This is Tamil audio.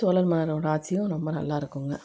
சோழர் மன்னரோட ஆட்சியும் ரொம்ப நல்லாருக்கும்ங்க